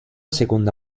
seconda